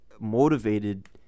motivated